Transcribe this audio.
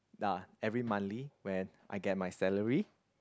uh every monthly when I get my salary